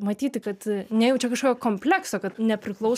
matyti kad nejaučia kažkokio komplekso kad nepriklauso